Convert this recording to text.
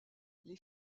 les